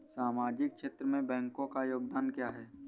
सामाजिक क्षेत्र में बैंकों का योगदान क्या है?